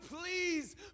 please